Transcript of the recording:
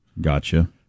Gotcha